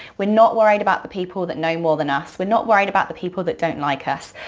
we're not worried about the people that know more than us. we're not worried about the people that don't like us.